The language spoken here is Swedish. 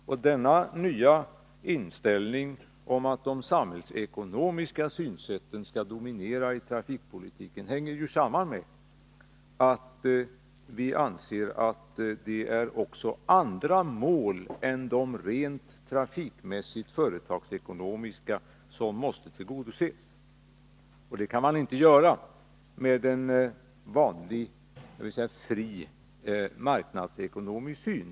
Och denna nya inställning, om att de samhällsekonomiska synsätten skall dominera i trafikpolitiken, hänger samman med att vi anser att också andra mål än de rent trafikmässigt företagsekonomiska måste tillgodoses. Och det kan vi inte göra med en vanlig, fri marknadsekonomisk syn.